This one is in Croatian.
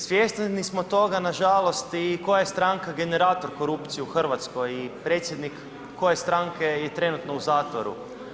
Svjesni smo toga nažalost i koja stranka je generator korupcije u Hrvatskoj i predsjednik koje stranke je trenutno u zatvoru.